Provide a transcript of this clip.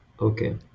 Okay